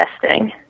testing